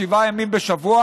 שבעה ימים בשבוע,